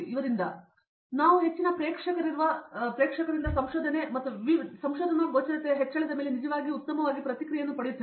ಆದರೆ ನಾವು ಹೆಚ್ಚಿನ ಪ್ರೇಕ್ಷಕರ ಸಂಶೋಧನೆ ಮತ್ತು ನಿಮ್ಮ ಸಂಶೋಧನಾ ಗೋಚರತೆಯ ಹೆಚ್ಚಳದ ಮೇಲೆ ನಿಜವಾಗಿಯೂ ಉತ್ತಮವಾಗಿ ಪ್ರತಿಕ್ರಿಯೆಯನ್ನು ಪಡೆಯುತ್ತೇವೆ